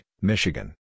Michigan